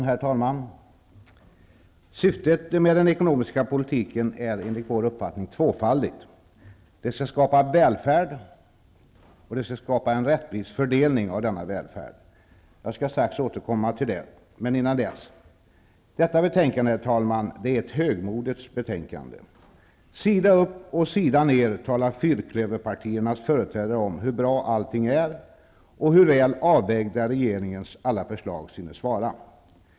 Herr talman! Syftet med den ekonomiska politiken är enligt vår uppfattning tvåfaldigt. Den skall skapa välfärd och en rättvis fördelning av denna välfärd. Jag skall strax återkomma till detta, men innan dess vill jag säga följande. Detta betänkande är, herr talman, ett högmodets betänkande. Sida upp och sida ner talar fyrklöverpartiernas företrädare om hur bra allting är och hur väl avvägda regeringens alla förslag synes vara.